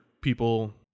people